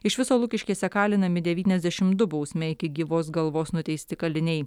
iš viso lukiškėse kalinami devyniasdešim du bausme iki gyvos galvos nuteisti kaliniai